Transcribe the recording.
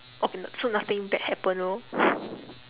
oh n~ so nothing bad happen no